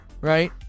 right